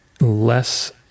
less